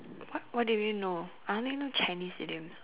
what what do you mean no I only know Chinese idioms